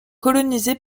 colonisé